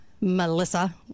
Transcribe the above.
Melissa